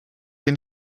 den